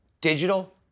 digital